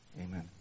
amen